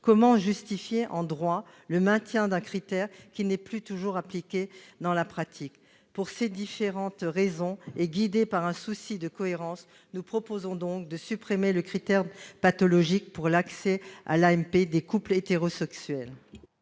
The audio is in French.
Comment justifier, en droit, le maintien d'un critère qui n'est déjà pas toujours appliqué dans la pratique ? Pour ces différentes raisons, guidés par un souci de cohérence, nous proposons de supprimer le critère pathologique pour l'accès à l'AMP des couples hétérosexuels.